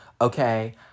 Okay